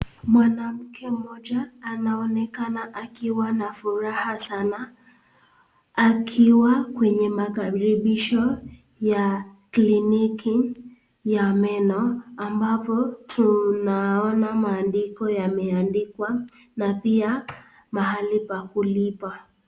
Mwanamke mmoja anaonekana akiwa na furaha sana, akiwa kwenye makaribisho ya kliniki ya meno ambapo tunaona maandiko yameandikwa na pia mahali pa kulipa.